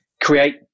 create